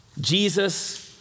Jesus